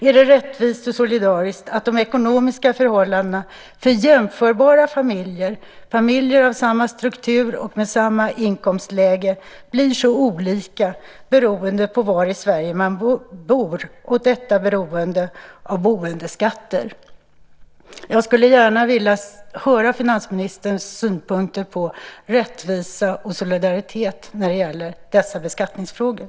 Är det rättvist och solidariskt att de ekonomiska förhållandena för jämförbara familjer, familjer av samma struktur och med samma inkomstläge, blir så olika beroende på var i Sverige man bor - detta beroende på boendeskatter? Jag skulle gärna vilja höra finansministerns synpunkter på rättvisa och solidaritet när det gäller dessa beskattningsfrågor.